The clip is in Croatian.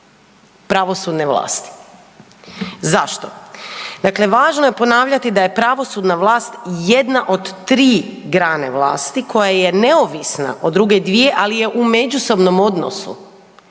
pravosudne vlasti. Zašto? Dakle, Važno je ponavljati da je pravosudna vlast jedna od tri grane vlasti koja je neovisna od druge dvije ali je u međusobnom odnosu